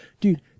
Dude